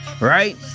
right